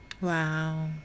Wow